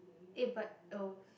eh but oh